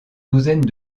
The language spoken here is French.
douzaine